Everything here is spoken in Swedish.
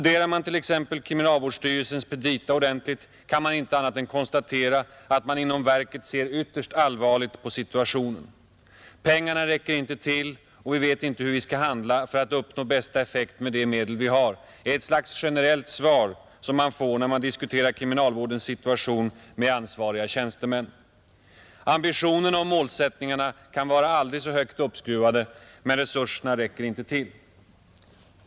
Den som t.ex. studerar kriminalvårdsstyrelsens petita ordentligt kan inte annat än konstatera att man inom verket ser ytterst allvarligt på situationen. ”Pengarna räcker inte till och vi vet inte hur vi skall handla för att uppnå bästa effekt med de medel vi har”, är ett slags generellt svar man får när man diskuterar kriminalvårdens situation med ansvariga tjänstemän. Ambitionerna och målsättningarna kan vara aldrig så högt uppskruvade, men resurserna räcker inte till.